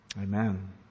Amen